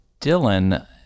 dylan